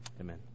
Amen